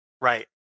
right